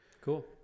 Cool